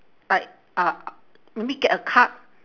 like uh maybe get a card